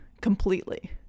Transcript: completely